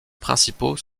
principaux